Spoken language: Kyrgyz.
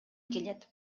келет